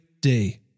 day